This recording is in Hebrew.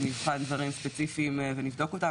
שנבחן דברים ספציפיים ונבדוק אותם,